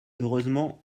heureusement